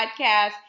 podcast